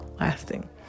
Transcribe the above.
lasting